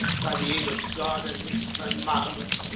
by the aid of god and his friend mahomet,